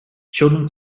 children